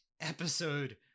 episode